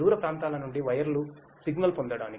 దూర ప్రాంతాల నుండి వైర్డు సిగ్నల్ పొందడానికి